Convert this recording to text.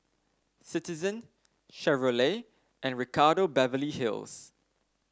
Citizen Chevrolet and Ricardo Beverly Hills